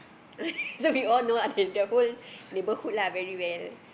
so we all know the whole neighbourhood lah very well